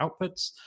outputs